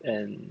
and